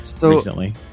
recently